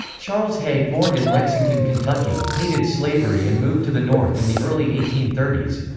charles hay, born in lexington, kentucky, hated slavery and moved to the north in the early eighteen thirty s.